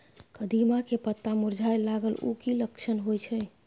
कदिम्मा के पत्ता मुरझाय लागल उ कि लक्षण होय छै?